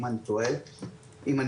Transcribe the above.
אם אני לא טועה --- כן,